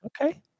Okay